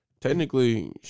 Technically